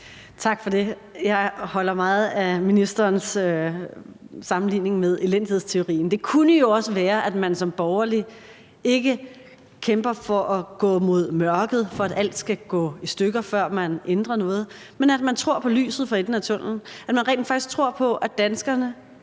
Tak for det. Jeg holder meget af ministerens sammenligning med elendighedsteorien. Men det kunne jo også være, at man som borgerlig ikke kæmper for at gå mod mørket og for, at alt skal gå i stykker, før man ændrer noget, men at man tror på lyset for enden af tunnellen, og at man rent faktisk tror på, at danskerne